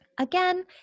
Again